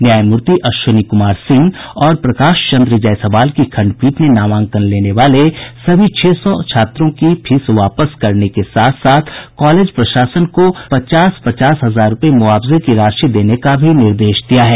न्यायमूर्ति अश्विनी कुमार सिंह और प्रकाश चन्द्र जायसवाल की खंडपीठ ने नामांकन लेने वाले सभी छह सौ छात्रों की फीस वापस करने के साथ साथ कॉलेज प्रशासन को पचास पचास हजार रूपये मुआवजे की राशि देने का भी निर्देश दिया है